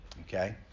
Okay